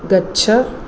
गच्छ